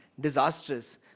disastrous